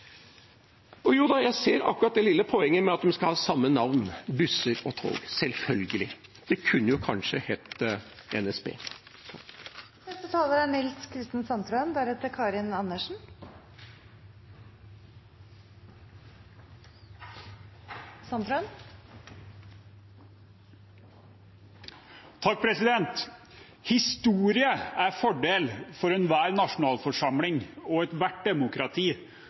Og jo da, jeg ser akkurat det lille poenget med at busser og tog skal ha samme navn, selvfølgelig. Det kunne jo kanskje hett NSB. Historie er en fordel for enhver nasjonalforsamling og ethvert demokrati som faktisk ønsker at framtiden skal bli bedre. Denne debatten er veldig interessant og